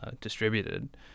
distributed